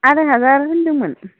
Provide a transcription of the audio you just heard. आराय हाजार होनदोंमोन